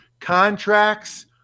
contracts